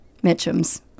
Mitchum's